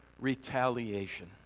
retaliation